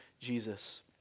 Jesus